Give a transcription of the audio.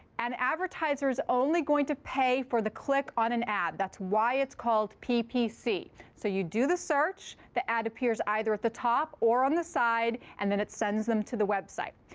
an advertiser is only going to pay for the click on an ad. that's why it's called ppc. so you do the search. the ad appears either at the top or on the side. and then it sends them to the website.